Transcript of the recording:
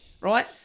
right